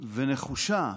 ונחושה